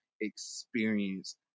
experience